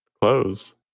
clothes